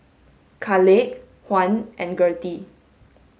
Caleigh Juan and Gertie